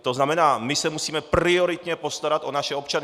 To znamená, my se musíme prioritně postarat o naše občany.